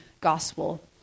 gospel